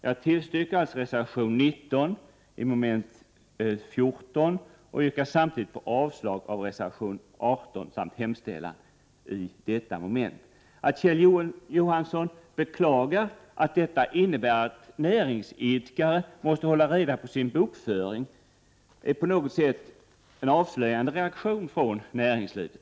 Jag yrkar bifall till reservation 19 i mom. 14 och yrkar samtidigt avslag på reservation 18 samt hemställan i detta moment. Att Kjell Johansson beklagar att detta innebär att näringsidkare måste hålla reda på sin bokföring är på något sätt en avslöjande reaktion från näringslivet.